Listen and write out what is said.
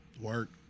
Work